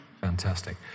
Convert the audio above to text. Fantastic